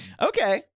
Okay